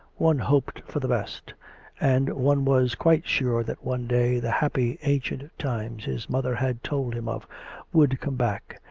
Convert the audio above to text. one hoped for the best and one was quite sure that one day the happy ancient times his mother had told him of would come back,